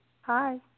Hi